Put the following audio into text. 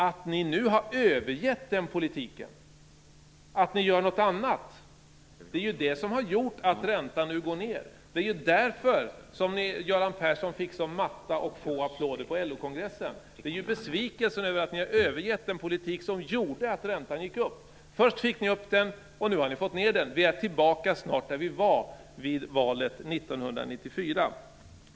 Att ni nu har övergivit den politiken och gör något annat är ju det som har gjort att räntan nu går ned. Det är ju därför Göran Persson fick så matta och få applåder på LO kongressen. Det är ju besvikelsen över att ni har övergivit den politik som gjorde att räntan gick upp. Först fick ni upp den, och nu har ni fått ned den. Vi är snart tillbaka där vi var vid valet 1994.